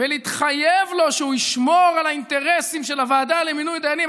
ולהתחייב לו שהוא ישמור על האינטרסים של הוועדה למינוי דיינים.